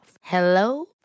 Hello